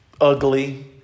ugly